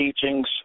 teachings